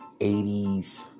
80s